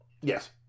Yes